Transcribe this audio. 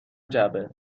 جعبه